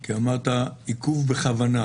כי אמרת עיכוב בכוונה.